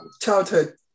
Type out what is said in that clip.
childhood